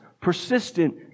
persistent